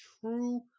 true